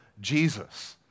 Jesus